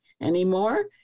anymore